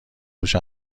روش